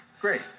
Great